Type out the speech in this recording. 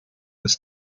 des